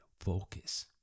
focus